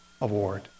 Award